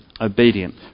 obedient